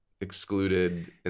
excluded